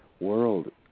world